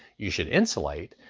you should insulate.